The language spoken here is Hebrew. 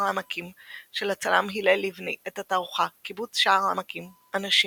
העמקים של הצלם הלל לבני את התערוכה "קיבוץ שער העמקים - אנשים"